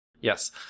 Yes